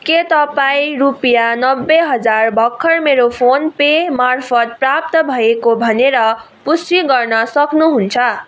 के तपाईँ रुपियाँ नब्बे हजार भर्खर मेरो फोन पे मार्फत प्राप्त भएको भनेर पुष्टि गर्न सक्नुहुन्छ